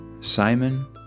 Simon